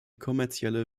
kommerzielle